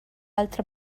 altre